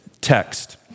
text